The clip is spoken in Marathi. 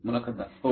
मुलाखतदार हो